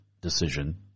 decision